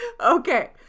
Okay